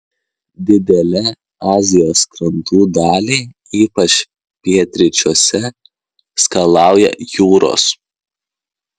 didelę azijos krantų dalį ypač pietryčiuose skalauja jūros